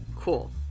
Cool